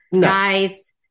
guys